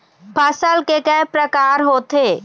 फसल के कय प्रकार होथे?